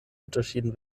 unterschieden